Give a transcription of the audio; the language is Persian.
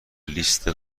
لیست